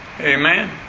Amen